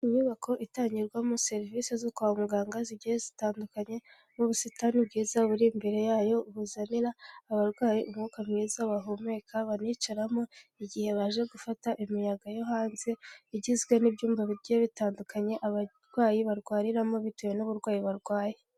Inyubako itangirwamo serivisi zo kwa muganga zigiye zitandukanye n'ubusitani bwiza buri imbere yayo, buzanira abarwayi umwuka mwiza bahumeka banicaramo igihe baje gufata imiyaga yo hanze, igizwe n'ibyumba bigiye bitandukanye abarwayi barwariramo, bitewe n'uburwayi barwaye.